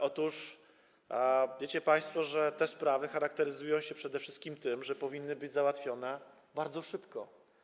Otóż wiecie państwo, że te sprawy charakteryzują się przede wszystkim tym, że powinny być załatwione bardzo szybko.